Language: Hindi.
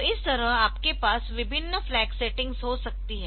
तो इस तरह आपके पास विभिन्न फ्लैग सेटिंग्स हो सकती है